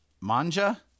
Manja